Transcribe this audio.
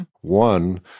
One